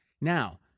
Now